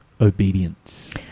obedience